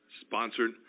sponsored